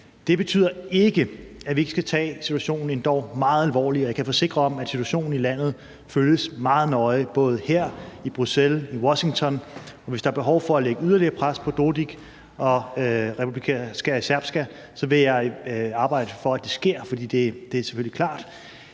Det betyder ikke, at vi ikke skal tage situationen endog meget alvorligt, og jeg kan forsikre om, at situationen i landet følges meget nøje både her, i Bruxelles, i Washington. Og hvis der er behov for at lægge yderligere pres på Milorad Dodik og Republika Srpska, så vil jeg arbejde for, at det sker; det er selvfølgelig klart.